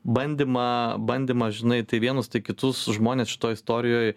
bandymą bandymą žinai tai vienus tai kitus žmones šitoj istorijoj